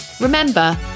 Remember